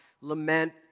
lament